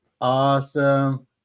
awesome